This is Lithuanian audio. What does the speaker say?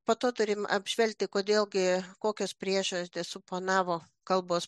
po to turim apžvelgti kodėl gi kokios priežastys suponavo kalbos